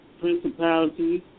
principalities